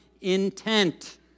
intent